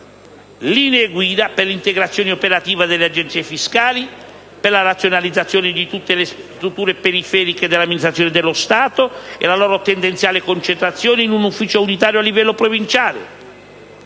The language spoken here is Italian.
linee guida per l'integrazione operativa delle agenzie fiscali, la razionalizzazione di tutte le strutture periferiche dell'amministrazione dello Stato e la loro tendenziale concentrazione in un ufficio unitario a livello provinciale,